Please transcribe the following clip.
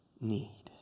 need